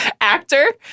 actor